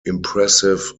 impressive